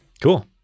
Cool